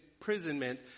imprisonment